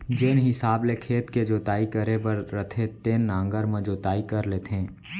जेन हिसाब ले खेत के जोताई करे बर रथे तेन नांगर म जोताई कर लेथें